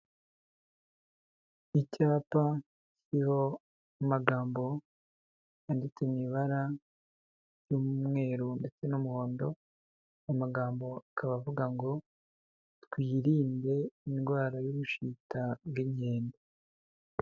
Icyapa kiriho amagambo yanditse mu ibara ry'umweru ndetse n'umuhondo, amagambo akaba avuga ngo twirinde indwara y'ubushita bw'inkende.